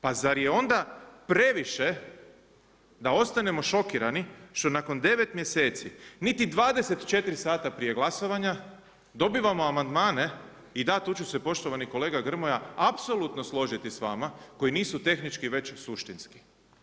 Pa zar je onda previše, da ostanemo šokirani, što nakon 9 mjeseci, niti 24 sata prije glasovanja, dobimo amandmane i da tu ću se poštovani kolega Grmoja, apsolutno složiti s vama, koji nisu tehnički već suštinski.